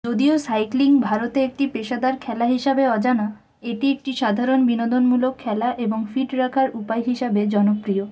যদিও সাইক্লিং ভারতে একটি পেশাদার খেলা হিসাবে অজানা এটি একটি সাধারণ বিনোদনমূলক খেলা এবং ফিট রাখার উপায় হিসাবে জনপ্রিয়